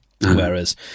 Whereas